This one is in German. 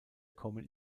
kommen